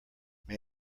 may